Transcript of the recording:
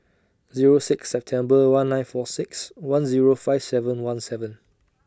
Zero six September one nine four six one Zero five seven one seven